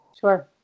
Sure